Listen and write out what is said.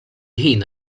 ħin